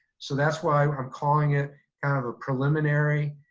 so that's why i'm calling it kind of a preliminary,